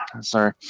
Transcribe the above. sorry